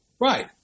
Right